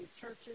churches